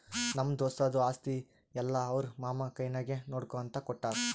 ನಮ್ಮ ದೋಸ್ತದು ಆಸ್ತಿ ಎಲ್ಲಾ ಅವ್ರ ಮಾಮಾ ಕೈನಾಗೆ ನೋಡ್ಕೋ ಅಂತ ಕೊಟ್ಟಾರ್